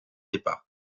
départ